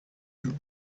you